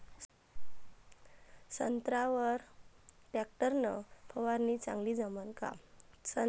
संत्र्यावर वर टॅक्टर न फवारनी चांगली जमन का?